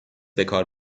بکار